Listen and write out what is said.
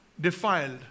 defiled